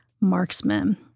marksman